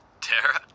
Tara